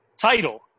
title